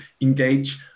engage